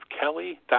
Kelly